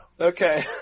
Okay